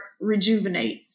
rejuvenate